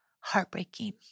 heartbreaking